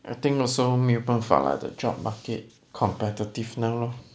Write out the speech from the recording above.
I think also 没有办法 lah the job market competitiveness now lor